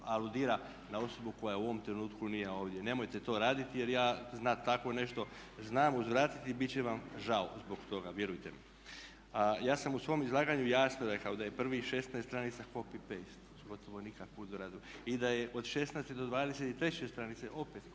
aludira na osobu koja u ovom trenutku nije ovdje. Nemojte to raditi jer ja na takvo nešto znam uzvratiti i bit će vam žao zbog toga, vjerujte mi. A ja sam u svom izlaganju jasno rekao da je prvih 16 stranica copy-paste i da je od 16. do 23. opet